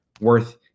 worth